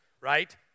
right